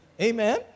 Amen